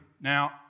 Now